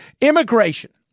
Immigration